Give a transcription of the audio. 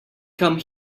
come